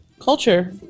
culture